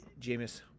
Jameis